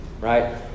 right